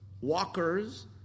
walkers